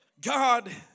God